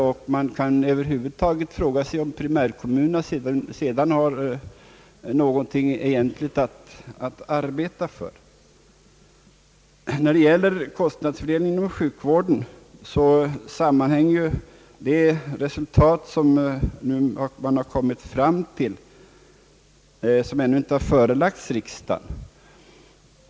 Man kan över huvud taget fråga sig, om primärkommunerna sedan egentligen har några väsentliga arbetsuppgifter kvar. I fråga om kostnadsfördelningen inom sjukvården har det som redan sagts kommit fram ett förslag som ännu inte förelagts riksdagen.